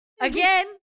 again